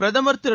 பிரதமர் திரு